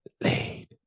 laid